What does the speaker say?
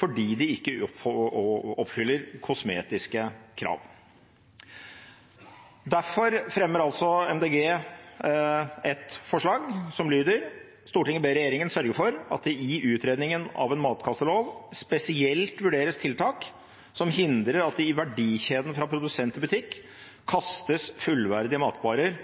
fordi de ikke oppfyller kosmetiske krav. Derfor fremmer Miljøpartiet De Grønne et forslag som lyder: «Stortinget ber regjeringen sørge for at det i utredningen av en matkastelov spesielt vurderes tiltak som hindrer at det i verdikjeden fra produsent til butikk kastes fullverdige matvarer